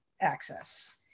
access